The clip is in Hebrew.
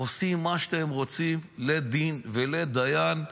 עושים מה שאתם רוצים, לית דין ולית דיין,